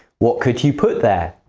what could you put there?